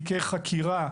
נסגרו.